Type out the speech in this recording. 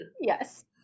Yes